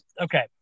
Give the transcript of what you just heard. okay